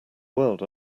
world